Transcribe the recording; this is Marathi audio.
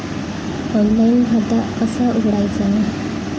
ऑनलाइन खाता कसा उघडायचा?